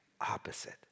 opposite